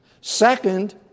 Second